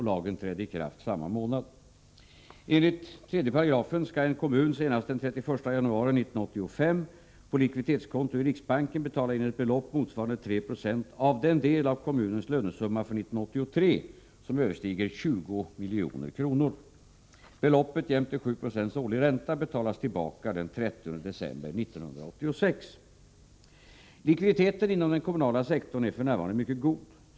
Likviditeten inom den kommunala sektorn är f. n. mycket god.